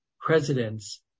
presidents